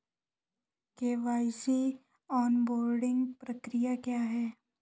KYC onboarding प्रक्रिया क्या है?